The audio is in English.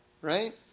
Right